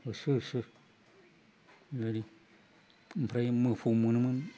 होसो होसो ओरै ओमफ्राय मोफौ मोनोमोन